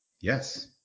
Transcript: Yes